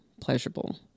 pleasurable